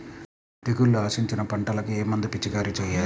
తెగుళ్లు ఆశించిన పంటలకు ఏ మందు పిచికారీ చేయాలి?